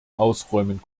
ausräumen